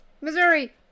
Missouri